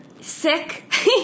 sick